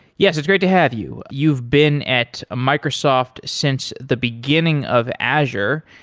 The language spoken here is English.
yes, it's great to have you. you've been at ah microsoft since the beginning of azure.